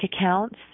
accounts